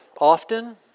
often